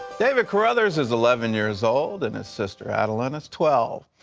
david carothers is eleven years old and his sister adeline is twelve.